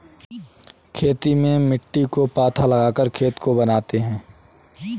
खेती में मिट्टी को पाथा लगाकर खेत को बनाते हैं?